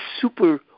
super